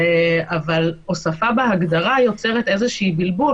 אבל הוספה בהגדרה יוצרת בלבול,